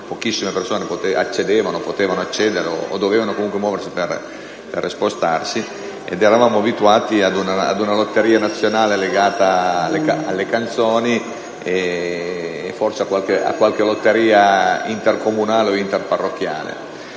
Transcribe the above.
pochissime persone potevano accedere, dovendosi comunque spostare; eravamo abituati alla lotteria nazionale legata alle canzoni e forse a qualche lotteria intercomunale o interparrocchiale.